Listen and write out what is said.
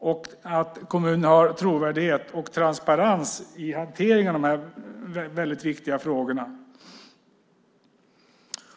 Det gäller att kommunerna har trovärdighet och transparens i hanteringen av dessa väldigt viktiga frågor.